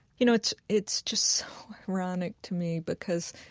you know, it's it's just so ironic to me because